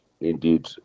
indeed